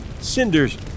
cinders